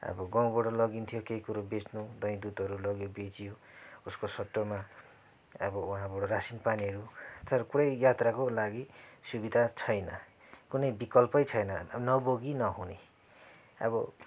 अब गाउँबाट लगिन्थ्यो केही कुरो बेच्नु दही दुधहरू लग्यो बेच्यो उसको सट्टामा अब वहाँबाट रासिन पानीहरू तर पुरै यात्राको लागि सुविधा छैन कुनै विकल्पै छैन नबोकी नहुने अब